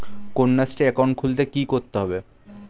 Kanyashree account খুলতে কী করতে হবে?